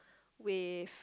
with